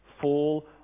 fall